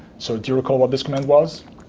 so do you recall what this comment was?